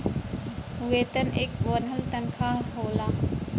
वेतन एक बन्हल तन्खा होला